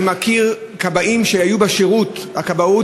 אני מכיר דתיים שהיו בשירות הכבאות